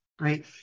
Right